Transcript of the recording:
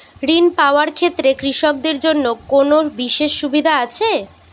ঋণ পাওয়ার ক্ষেত্রে কৃষকদের জন্য কোনো বিশেষ সুবিধা আছে?